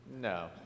no